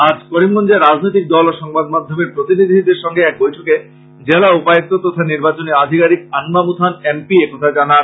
আজ করিমগঞ্জে রাজনৈতিক দল ও সংবাদ মাধ্যমের প্রতিনিধিদের সংগে এক বৈঠকে জেলা উপায়ুক্ত তথা নির্বাচনী আধিকারিক আনবামুথান এম পি একথা জানান